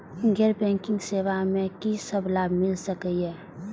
गैर बैंकिंग सेवा मैं कि सब लाभ मिल सकै ये?